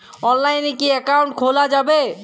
অনলাইনে কি অ্যাকাউন্ট খোলা যাবে?